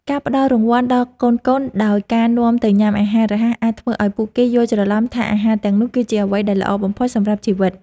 ការផ្តល់រង្វាន់ដល់កូនៗដោយការនាំទៅញ៉ាំអាហាររហ័សអាចធ្វើឲ្យពួកគេយល់ច្រឡំថាអាហារទាំងនោះគឺជាអ្វីដែលល្អបំផុតសម្រាប់ជីវិត។